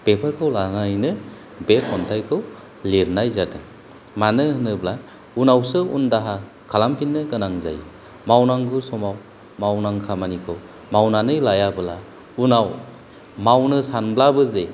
बेफोरखौ लानानैनो बे खन्थाइखौ लिरनाय जादों मानो होनोब्ला उनावसो उन दाहा खालामफिनो गोनां जायो मावनांगौ समाव मावनां खामानिखौ मावनानै लायाबोला उनाव मावनो सानब्लाबो जे